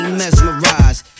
mesmerized